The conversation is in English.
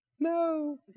No